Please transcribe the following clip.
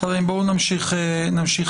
בואו נמשיך.